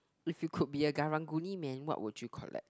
if you could be a Karang-Guni man what would you collect